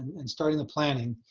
and starting the planning,